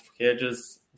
hedges